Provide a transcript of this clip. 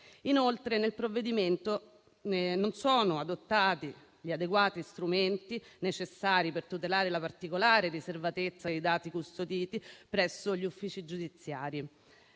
Inoltre, nel provvedimento non sono adottati gli adeguati strumenti necessari per tutelare la particolare riservatezza dei dati custoditi presso gli uffici giudiziari.